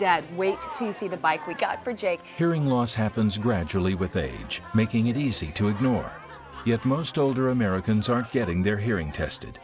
dad wait to see the bike we got for jake hearing loss happens gradually with age making it easy to ignore yet most older americans aren't getting their hearing tested